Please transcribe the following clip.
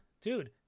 dude